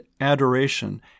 adoration